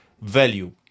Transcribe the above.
value